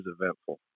eventful